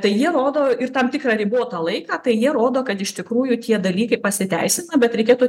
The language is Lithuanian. tai jie rodo ir tam tikrą ribotą laiką tai jie rodo kad iš tikrųjų tie dalykai pasiteisina bet reikėtų